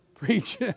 preach